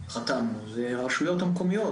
"חתמנו"-אלו הרשויות המקומיות,